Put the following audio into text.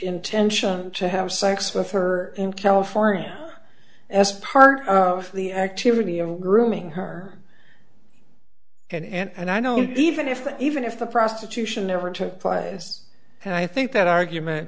intention to have sex with her in california as part of the activity of grooming her and i don't even if even if the prostitution ever took place and i think that argument